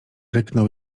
ryknął